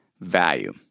value